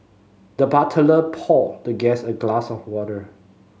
the butler poured the guest a glass of water